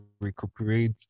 recuperate